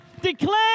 declare